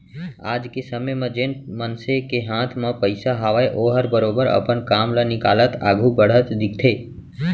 आज के समे म जेन मनसे के हाथ म पइसा हावय ओहर बरोबर अपन काम ल निकालत आघू बढ़त दिखथे